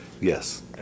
Yes